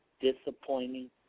disappointing